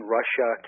Russia